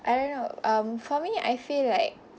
I don't know um for me I feel like